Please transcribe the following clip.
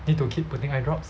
need to keep putting eyedrops